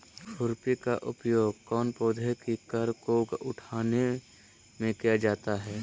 खुरपी का उपयोग कौन पौधे की कर को उठाने में किया जाता है?